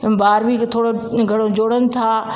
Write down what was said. ॿार बि थोरो घणो जोड़नि था